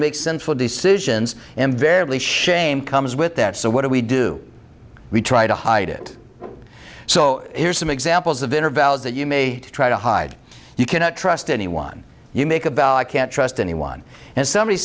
make sinful decisions invariably shame comes with that so what do we do we try to hide it so here's some examples of inner values that you may try to hide you cannot trust anyone you make about can't trust anyone and somebody